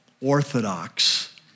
orthodox